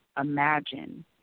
imagine